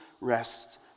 rest